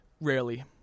Rarely